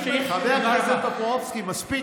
חבר הכנסת טופורובסקי, מספיק.